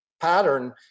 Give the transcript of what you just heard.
pattern